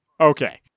Okay